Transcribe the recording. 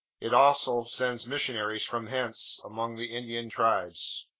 it also sends missionaries from hence among the indian tribes.